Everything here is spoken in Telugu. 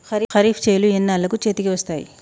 ఖరీఫ్ చేలు ఎన్నాళ్ళకు చేతికి వస్తాయి?